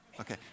Okay